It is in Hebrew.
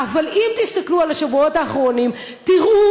אבל אם תסתכלו על השבועות האחרונים תראו